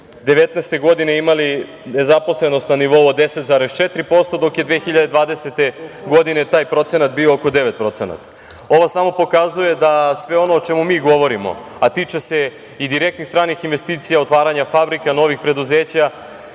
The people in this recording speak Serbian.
2019. godine imali nezaposlenost na nivou od 10,4%, dok je 2020. godine taj procenat bio oko 9%.Ovo samo pokazuje da sve ono o čemu mi govorimo, a tiče se i direktnih stranih investicija, otvaranja fabrika, novih preduzeća,